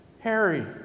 Harry